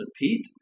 Pete